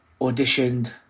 auditioned